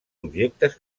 objectes